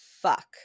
Fuck